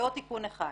ועוד תיקון אחד.